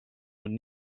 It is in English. would